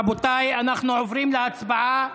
רבותיי, אנחנו עוברים להצבעה.